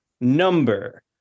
number